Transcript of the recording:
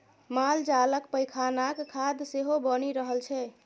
मालजालक पैखानाक खाद सेहो बनि रहल छै